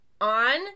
On